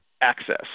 access